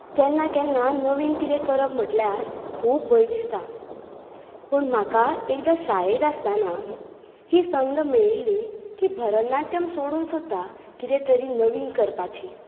केन्ना केन्ना नवीन कितें करप म्हळ्यार खूब भय दिसता पूण म्हाका एकदां शाळेंत आसतना ही संद मेळिल्ली की भरनाट्यम सोडून सुद्दा कितें तरी नवीन करपाची